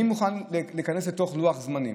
אני מוכן להיכנס ללוח זמנים,